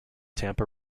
tampa